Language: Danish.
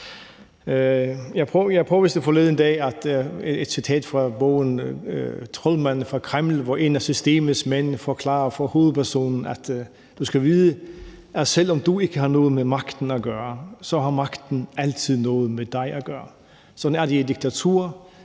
dag noget med et citat fra bogen »Troldmanden fra Kreml«, hvor en af systemets mænd forklarer for hovedpersonen: Du skal vide, at selv om du ikke har noget med magten at gøre, så har magten altid noget med dig at gøre. Sådan er det i et diktatur.